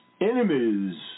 enemies